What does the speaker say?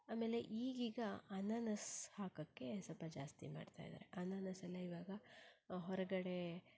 ಆಮೇಲೆ ಈಗೀಗ ಅನಾನಸ್ ಹಾಕೋಕ್ಕೆ ಸ್ವಲ್ಪ ಜಾಸ್ತಿ ಮಾಡ್ತಾ ಇದ್ದಾರೆ ಅನಾನಸ್ ಎಲ್ಲ ಇವಾಗ ಹೊರಗಡೆ